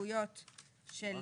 הסתייגויות של